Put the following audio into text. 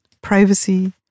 Privacy